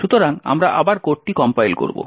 সুতরাং আমরা আবার কোডটি কম্পাইল করব